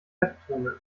leptonen